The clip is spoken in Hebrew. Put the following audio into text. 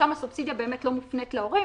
שם הסובסידיה באמת לא מופנית להורים,